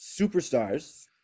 superstars